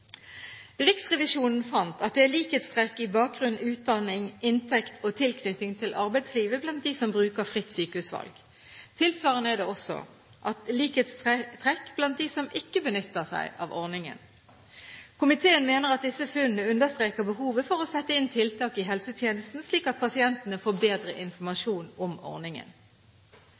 Riksrevisjonen fant at det er likhetstrekk i bakgrunn, utdanning, inntekt og tilknytning til arbeidslivet blant dem som bruker fritt sykehusvalg. Tilsvarende er det også likhetstrekk blant dem ikke benytter seg av ordningen. Komiteen mener at disse funnene understreker behovet for å sette inn tiltak i helsetjenesten, slik at pasientene får bedre informasjon om ordningen.